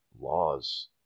laws